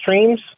streams